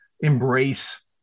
embrace